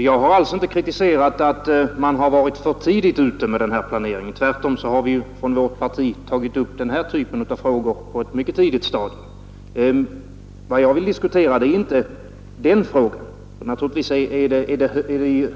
Herr talman! Jag har inte kritiserat att man har varit för tidigt ute med den här planeringen. Tvärtom har vi från vårt parti tagit upp den här typen av frågor på ett mycket tidigt stadium. Naturligtvis är det